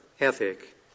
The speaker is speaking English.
ethic